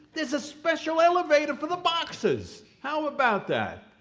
there's a special elevator for the boxes! how about that?